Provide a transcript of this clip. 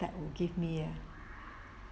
that will give me a